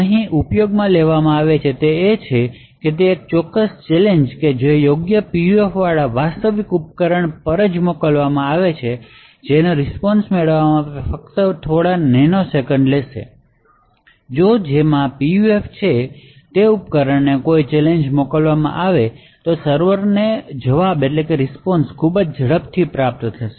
અહીં ઉપયોગમાં લેવામાં આવે છે તે એ છે કે તે એક ચોક્કસ ચેલેંજ કે જે યોગ્ય PUF વાળા વાસ્તવિક ઉપકરણ પર મોકલવામાં આવે છે જે રીસ્પોન્શ મેળવવા માટે ફક્ત થોડા નેનો સેકંડ લેશે જો જેમાં PUF છે તે ઉપકરણને કોઈ ચેલેંજ મોકલવામાં આવે છે તો સર્વરને જવાબ ખૂબ જ ઝડપથી પ્રાપ્ત થશે